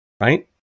right